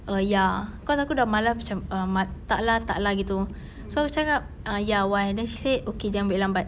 err ya cause aku sudah malas macam err ma~ tak lah tak lah gitu so aku cakap ah ya why then she said okay jangan balik lambat